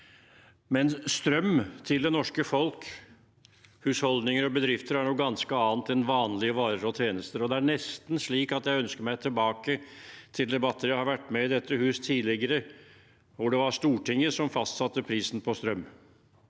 men strøm til det norske folk, husholdninger og bedrifter er noe ganske annet enn vanlige varer og tjenester. Det er nesten slik at jeg ønsker meg tilbake til debatter jeg har vært med i i dette hus tidligere, hvor det var Stortinget som fastsatte prisen på strøm,